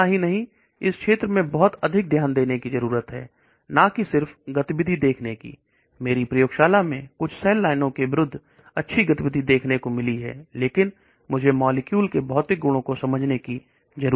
इतना ही नहीं इस क्षेत्र में बहुत अधिक ध्यान देने की जरूरत है सिर्फ गतिविधि देखने की मेरी प्रयोगशाला में सेल लाइन के विरुद्ध देखने को मिली है लेकिन मुझे मॉलिक्यूल के भौतिक गुणों को समझने की जरूरत है